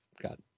got